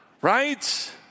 Right